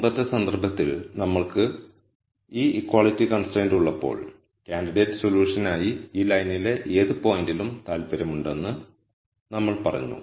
മുമ്പത്തെ സന്ദർഭത്തിൽ നമ്മൾക്ക് ഒരു ഇക്വാളിറ്റി കൺസ്ട്രയിന്റ് ഉള്ളപ്പോൾ ക്യാൻഡിഡേറ്റ് സൊല്യൂഷൻ ആയി ഈ ലൈനിലെ ഏത് പോയിന്റിലും താൽപ്പര്യമുണ്ടെന്ന് നമ്മൾ പറഞ്ഞു